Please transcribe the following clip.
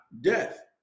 death